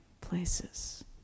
places